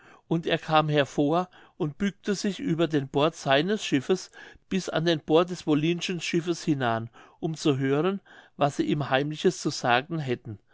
und er kam hervor und bückte sich über den bord seines schiffes bis an den bord des wollinschen schiffes hinan um zu hören was sie ihm heimliches zu sagen hätten